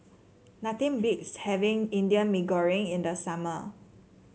nothing beats having Indian Mee Goreng in the summer